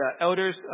elders